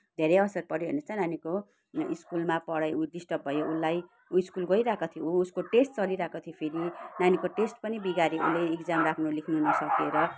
धेरै असर पऱ्यो हेर्नुहोस् त नानीको स्कुलमा पढाइ डिस्टर्ब भयो उसलाई ऊ स्कुल गइरहेको थियो ऊ उसको टेस्ट चलिरहेको थियो फेरि नानीको टेस्ट पनि बिगार्यो उसले एक्जाम राम्रो लेख्न नसकेर